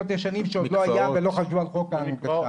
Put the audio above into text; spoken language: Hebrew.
שעוד לא היה ולא חשבו על חוק ההנגשה.